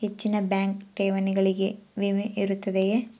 ಹೆಚ್ಚಿನ ಬ್ಯಾಂಕ್ ಠೇವಣಿಗಳಿಗೆ ವಿಮೆ ಇರುತ್ತದೆಯೆ?